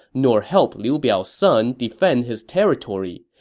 nor help liu biao's son defend his territory.